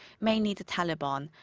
mainly the taliban.